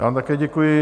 Já vám také děkuji.